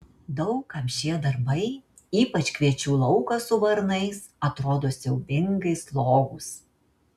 daug kam šie darbai ypač kviečių laukas su varnais atrodo siaubingai slogūs